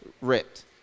ripped